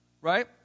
Right